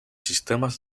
sistemas